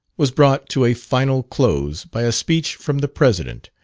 was brought to a final close by a speech from the president,